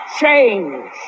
Change